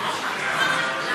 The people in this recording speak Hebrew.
אופרטיביות.